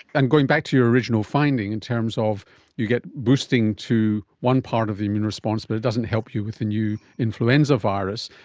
and going back to your original finding in terms of you get boosting to one part of the immune response but it doesn't help you with the new influenza virus.